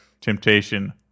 temptation